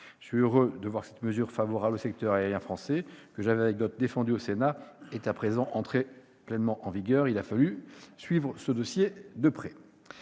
Je suis heureux de voir que cette mesure favorable au secteur aérien français, que j'avais défendue au Sénat, est à présent entrée en vigueur : il a fallu suivre le dossier de près